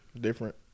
Different